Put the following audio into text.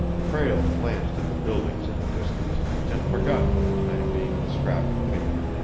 prale glanced at the buildings in the distance and forgot for the time being the scrap of paper,